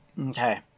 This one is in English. okay